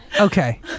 Okay